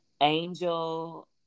Angel